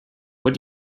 what